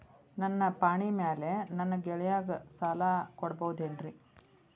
ನನ್ನ ಪಾಣಿಮ್ಯಾಲೆ ನನ್ನ ಗೆಳೆಯಗ ಸಾಲ ಕೊಡಬಹುದೇನ್ರೇ?